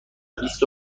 بیست